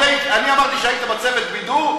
אני אמרתי שהיית בצוות בידור,